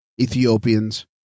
Ethiopians